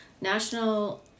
National